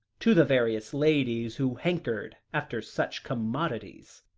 to the various ladies who hankered after such commodities.